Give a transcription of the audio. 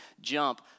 jump